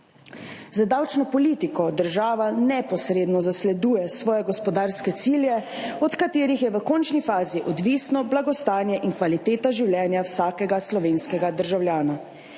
Z davčno politiko država neposredno zasleduje svoje gospodarske cilje, od katerih je v končni fazi odvisno blagostanje in kvaliteta življenja vsakega slovenskega državljana.